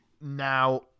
now